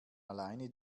alleine